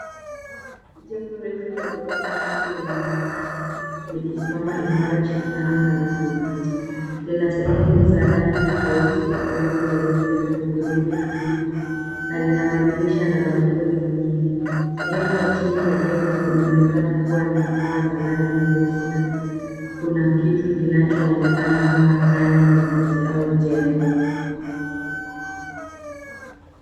Jengo refu la ghorofa nyingi linaonekana likisimama imara chini ya anga la samawati. Lina sehemu za rangi tofauti ikiwemo nyeupe na hudhurungi hafifu na lina madirisha na balcony nyingi. Sehemu ya chini ya jengo inaonekana kuwa na paa za rangi nyeusi na kuna kitu kinachoonekana kama tanki la maji au jengo.